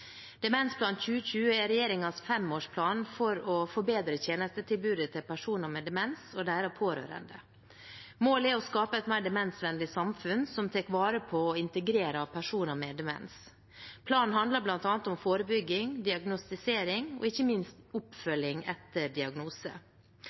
Demensplan 2020 er regjeringens femårsplan for å forbedre tjenestetilbudet til personer med demens og deres pårørende. Målet er å skape et mer demensvennlig samfunn som tar vare på og integrerer personer med demens. Planen handler bl.a. om forebygging, diagnostisering og ikke minst